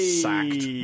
Sacked